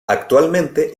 actualmente